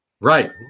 Right